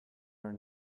are